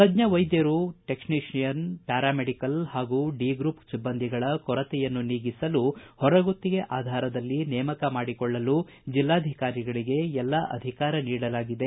ತಜ್ಞವೈದ್ಯರು ವೈದ್ಯರು technician paramedical ಹಾಗೂ D group ಸಿಬ್ಬಂದಿಗಳ ಕೊರತೆಯನ್ನು ನೀಗಿಸಲು ಹೊರಗುತ್ತಿಗೆ ಆಧಾರದಲ್ಲಿ ನೇಮಕಮಾಡಿಕೊಳ್ಳಲು ಜಿಲ್ಲಾಧಕಾರಿಗಳಗೆ ಎಲ್ಲ ಅಧಿಕಾರ ನೀಡಲಾಗಿದೆ